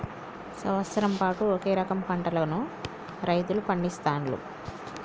సంవత్సరం పాటు ఒకే రకం పంటలను రైతులు పండిస్తాండ్లు